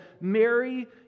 Mary